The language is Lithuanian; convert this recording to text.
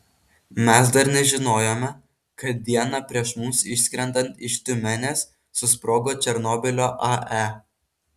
mes dar nežinojome kad dieną prieš mums išskrendant iš tiumenės susprogo černobylio ae